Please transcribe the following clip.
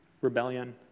rebellion